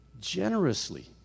Generously